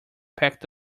packed